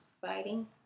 Fighting